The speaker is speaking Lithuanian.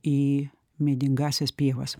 į medingasias pievas